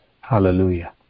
hallelujah